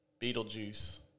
Beetlejuice